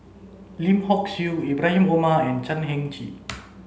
Lim Hock Siew Ibrahim Omar and Chan Heng Chee